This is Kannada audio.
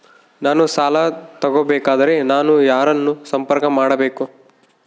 ನಾನು ಸಾಲ ತಗೋಬೇಕಾದರೆ ನಾನು ಯಾರನ್ನು ಸಂಪರ್ಕ ಮಾಡಬೇಕು?